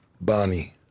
bonnie